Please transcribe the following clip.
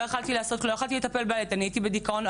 לא יכולתי לטפל בילד מרוב דיכאון.